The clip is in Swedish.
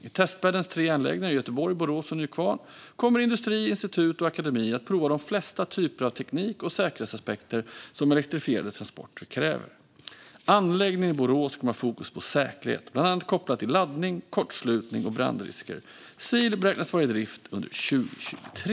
I testbäddens tre anläggningar i Göteborg, Borås och Nykvarn kommer industri, institut och akademi att prova de flesta typer av teknik och säkerhetsaspekter som elektrifierade transporter kräver. Anläggningen i Borås kommer att ha fokus på säkerhet, bland annat kopplat till laddning, kortslutning och brandrisker. Seel beräknas vara i drift under 2023.